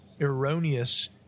erroneous